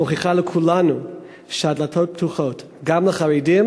מוכיחה לכולנו שהדלתות פתוחות גם לחרדים